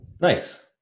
Nice